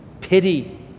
pity